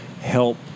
help